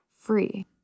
free